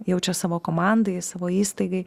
jaučia savo komandai savo įstaigai